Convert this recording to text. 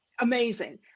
amazing